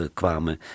kwamen